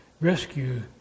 rescue